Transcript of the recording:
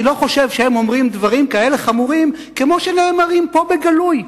אני לא חושב שהם אומרים דברים כאלה חמורים כמו שנאמרים פה בגלוי,